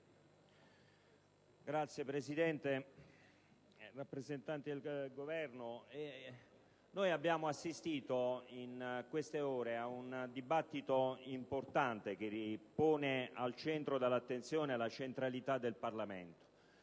Governo, abbiamo assistito in queste ore ad un dibattito importante che pone al centro dell'attenzione la centralità del Parlamento.